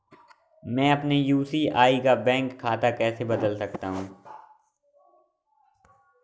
मैं अपने यू.पी.आई का बैंक खाता कैसे बदल सकता हूँ?